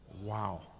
Wow